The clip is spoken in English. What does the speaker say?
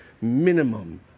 minimum